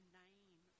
name